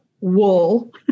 wool